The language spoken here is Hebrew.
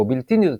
או בלתי נרכשת,